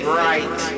right